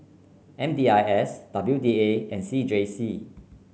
M D I S W D A and C J C